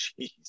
jeez